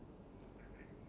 ya